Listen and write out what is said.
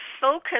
focus